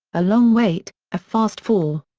a long wait, a fast fall.